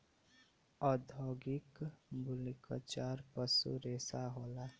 औद्योगिक मूल्य क चार पसू रेसा होला